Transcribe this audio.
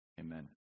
Amen